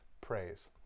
praise